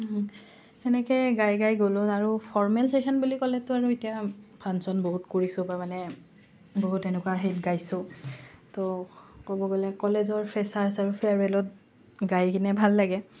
সেনেকে গাই গাই গ'লোঁ আৰু ফৰ্মেল চেশ্যন বুলি ক'লেতো আৰু এতিয়া ফাংশ্বন বহুত কৰিছোঁ বা মানে বহুত এনেকুৱা হেৰিত গাইছোঁ ত' ক'ব গ'লে কলেজৰ ফ্ৰেচাৰ্চ আৰু ফেয়াৰৱেলত গাই কিনে ভাল লাগে